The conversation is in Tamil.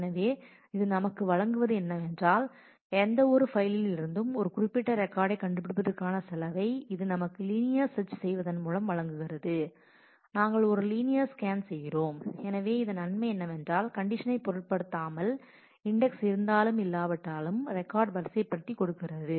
எனவே இது நமக்கு வழங்குவது என்னவென்றால் எந்தவொரு ஃபைலில் இருந்தும் குறிப்பிட்ட ரெக்கார்டை கண்டுபிடிப்பதற்கான செலவை இது நமக்கு லீனியர் சர்ச் செய்வதன் மூலம் வழங்குகிறது நாங்கள் ஒரு லீனியர் ஸ்கேன் செய்கிறோம் எனவே இதன் நன்மை என்னவென்றால் கண்டிஷனை பொருட்படுத்தாமல் இன்டெக்ஸ் இருந்தாலும் இல்லாவிட்டாலும் ரெக்கார்ட் வரிசைப்படுத்தி கொடுக்கிறது